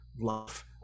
love